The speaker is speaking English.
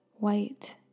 white